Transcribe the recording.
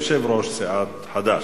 יושב-ראש סיעת חד"ש.